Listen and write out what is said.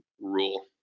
rule